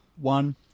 one